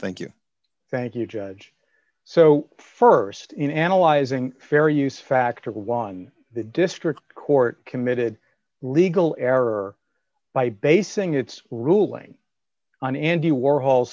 thank you thank you judge so st in analyzing fair use factor won the district court committed legal error by basing its ruling on andy warhol